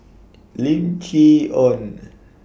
Lim Chee Onn